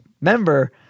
member